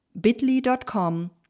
bit.ly.com